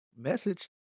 Message